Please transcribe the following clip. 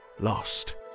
lost